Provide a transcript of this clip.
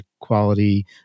quality